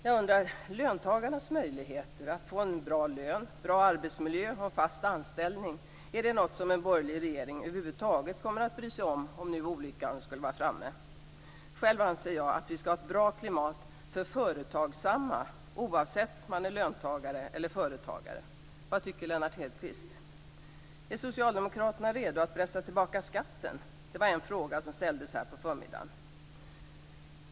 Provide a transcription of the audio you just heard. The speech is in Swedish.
Jag undrar om löntagarnas möjligheter att få en bra lön, bra arbetsmiljö och en fast anställning är något som en borgerlig regering över huvud taget kommer att bry sig om - om nu olyckan skulle vara framme. Själv anser jag att vi skall ha ett bra klimat för företagsamma människor - oavsett om man är löntagare eller företagare. Vad tycker Lennart Hedquist? Är Socialdemokraterna redo att pressa tillbaka skatten? Det var en fråga som ställdes här på förmiddagen.